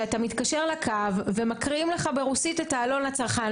שאתה מתקשר לקו ומקריאים לך ברוסית את העלון לצרכן.